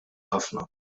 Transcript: ħafna